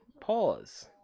Pause